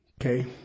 Okay